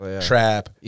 trap